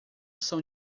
são